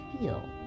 feel